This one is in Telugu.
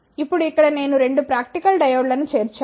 ఇప్పుడు ఇక్కడ నేను 2 ప్రాక్టికల్ డయోడ్లను చేర్చాను